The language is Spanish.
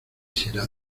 será